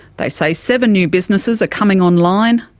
they say seven new businesses are coming online,